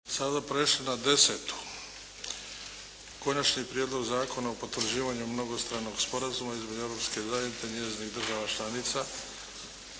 Sada bi prešli na 10. –- Konačni prijedlog Zakona o potvrđivanju Mnogostranog sporazuma između Europske zajednice i njezinih država članica,